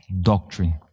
doctrine